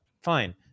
fine